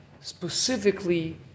specifically